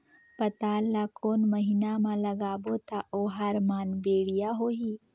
पातल ला कोन महीना मा लगाबो ता ओहार मान बेडिया होही?